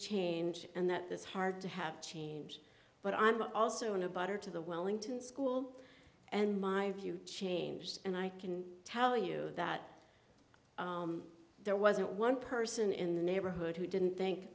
change and that this hard to have change but i'm also in a better to the wellington school and my view changed and i can tell you that there wasn't one person in the neighborhood who didn't think